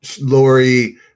Lori